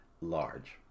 large